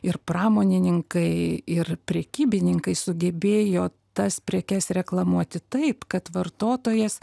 ir pramonininkai ir prekybininkai sugebėjo tas prekes reklamuoti taip kad vartotojas